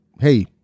hey